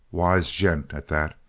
wise gent, at that.